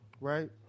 right